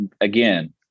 Again